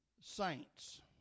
saints